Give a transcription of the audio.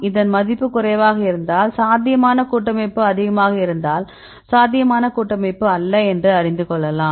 இதன் மதிப்பு குறைவாக இருந்தால் சாத்தியமான கூட்டமைப்பு அதிகமாக இருந்தால் சாத்தியமான கூட்டமைப்பு அல்ல என்று அறிந்து கொள்ளலாம்